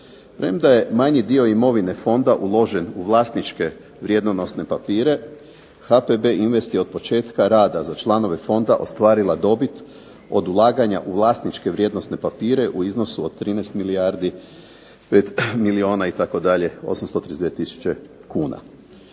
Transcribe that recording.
Premda je manji dio imovine fonda uložen u vlasničke vrijednosne papire HPB invest je otpočetka rada za članove fonda ostvarila dobit od ulaganja u vlasničke vrijednosne papire u iznosu od 13 milijardi, 5 milijuna itd., 832 tisuće kuna.